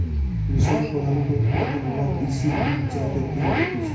মিশরে প্রধানত উৎপাদন হওয়া তিসির বীজ যাতে তেল হতিছে